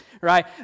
right